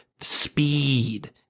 Speed